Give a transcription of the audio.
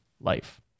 life